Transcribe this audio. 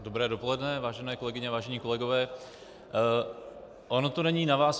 Dobré dopoledne, vážené kolegyně, vážení kolegové, ono to není na vás.